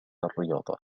الرياضة